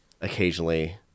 occasionally